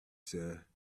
sir